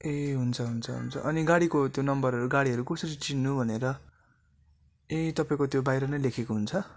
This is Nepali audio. ए हुन्छ हुन्छ हुन्छ अनि गाडीको त्यो नम्बर गाडीहरू कसरी चिन्नु भनेर ए तपाईँको त्यो बाहिर नै लेखेको हुन्छ